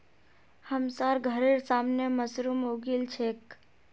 हमसार घरेर सामने मशरूम उगील छेक